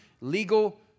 legal